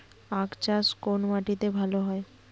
আখ চাষ কোন মাটিতে ভালো হয়?